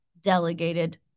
delegated